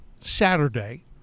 Saturday